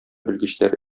белгечләр